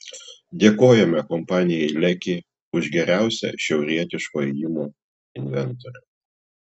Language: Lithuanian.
dėkojame kompanijai leki už geriausią šiaurietiškojo ėjimo inventorių